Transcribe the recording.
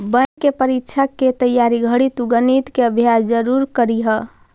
bank के परीक्षा के तइयारी घड़ी तु गणित के अभ्यास जरूर करीह